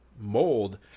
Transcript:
mold